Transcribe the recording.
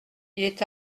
est